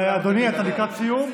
אדוני, אתה לקראת סיום.